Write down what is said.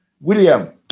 William